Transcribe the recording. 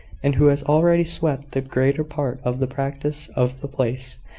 and who has already swept the greater part of the practice of the place,